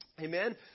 Amen